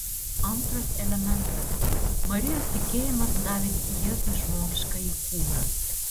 antras elementas marijos tikėjimas davė jėzui žmogiškąjį kūną